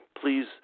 please